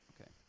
Okay